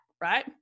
right